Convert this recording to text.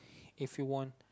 if you won